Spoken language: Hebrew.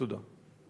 תודה.